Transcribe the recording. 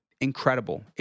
incredible